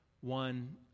one